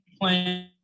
plan